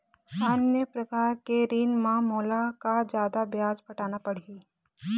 अन्य प्रकार के ऋण म मोला का जादा ब्याज पटाना पड़ही?